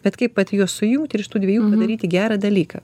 bet kaip vat juos sujungt ir iš tų dviejų daryti gerą dalyką